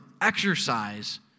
exercise